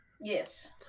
Yes